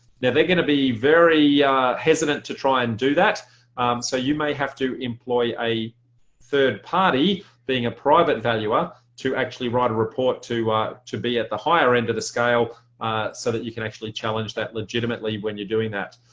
yeah they're going to be very hesitant to try and do that so you may have to employ a third party being a private valuer to actually write a report to ah to be at the higher end of the scale so that you can actually challenge that legitimately when you're doing that.